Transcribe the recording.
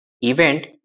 Event